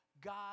God